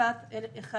בהחלטה 1999